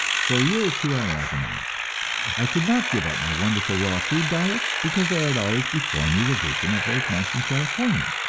for a year or two i agonized i could not give up my wonderful raw food diet, because i had always before me the vision of those months in california,